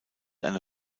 eine